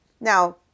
Now